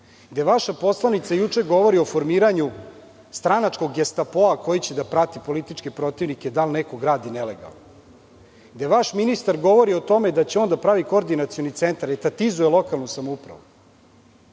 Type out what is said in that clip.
gde vaša poslanica juče govori o formiranju stranačkog gestapoa koji će da prati politički protivnik i da li neko gradi nelegalno, gde vaš ministar govori o tome da će on da pravi koordinacioni centar, da etatizuje lokalnu samoupravu. Da